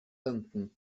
benton